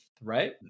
right